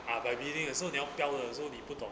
ah by bidding de 所以你要标的时候你不懂